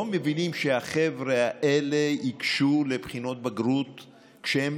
לא מבינים שהחבר'ה האלה ייגשו לבחינות בגרות כשהם